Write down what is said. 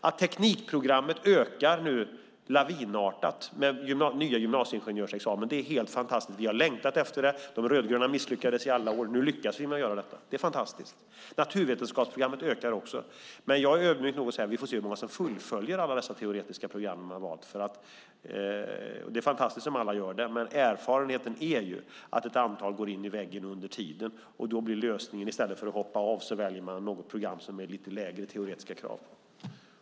Att teknikprogrammet nu ökar lavinartat med nya gymnasieingenjörsexamen är helt fantastiskt. Vi har längtat efter det. De rödgröna misslyckades. Ny lyckas vi med att göra detta. Det är fantastiskt. Naturvetenskapsprogrammet ökar också. Men jag är ödmjuk nog att säga: Vi får se hur många som fullföljer alla dessa teoretiska program. Det är fantastiskt om alla gör det, men erfarenheten är att ett antal går in i väggen under tiden. I stället för att hoppa av väljer man då något program där det är lite lägre teoretiska krav.